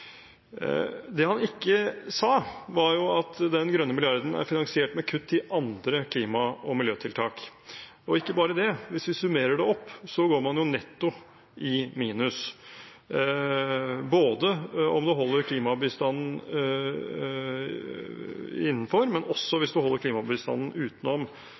Det han ikke sa, var at den grønne milliarden er finansiert med kutt i andre klima- og miljøtiltak. Og ikke bare det: Hvis vi summerer det opp, går man netto i minus. Om man holder klimabistanden innenfor, men også hvis man holder klimabistanden utenom,